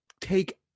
take